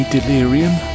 Delirium